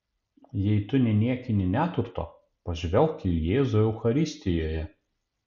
jei tu neniekini neturto pažvelk į jėzų eucharistijoje